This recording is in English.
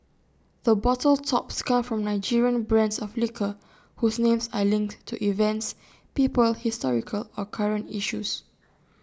the bottle tops come from Nigerian brands of liquor whose names are linked to events people historical or current issues